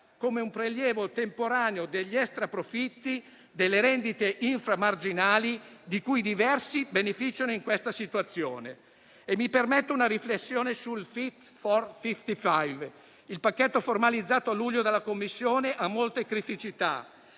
come un prelievo temporaneo sugli *extra* profitti e sulle rendite inframarginali di cui diversi beneficiano in questa situazione. Mi permetto una riflessione sul Fit For 55. Il pacchetto formalizzato a luglio scorso dalla Commissione ha molte criticità.